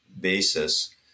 basis